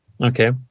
Okay